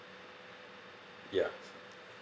ya